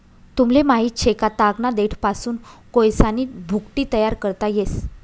तुमले माहित शे का, तागना देठपासून कोयसानी भुकटी तयार करता येस